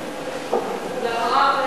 ואחריו,